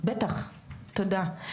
בטח, תודה.